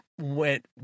went